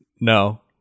No